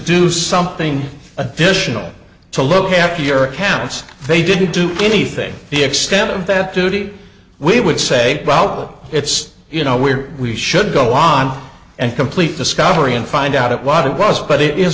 do something additional to look after your accounts they didn't do anything the extent of that duty we would say well it's you know we're we should go on and complete discovery and find out it was it was but it is